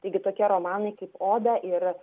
taigi tokie romanai kaip oda ir